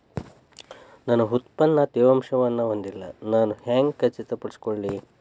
ನನ್ನ ಉತ್ಪನ್ನ ತೇವಾಂಶವನ್ನು ಹೊಂದಿಲ್ಲಾ ನಾನು ಹೆಂಗ್ ಖಚಿತಪಡಿಸಿಕೊಳ್ಳಲಿ?